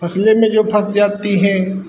फसले में यह फँस जाती है